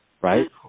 right